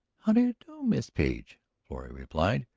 how do you do, miss page? florrie replied,